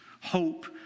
hope